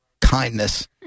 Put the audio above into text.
kindness